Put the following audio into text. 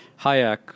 Hayek